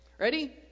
Ready